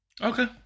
Okay